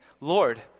Lord